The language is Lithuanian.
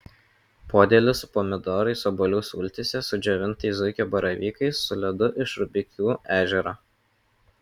podėlis su pomidorais obuolių sultyse su džiovintais zuikio baravykais su ledu iš rubikių ežero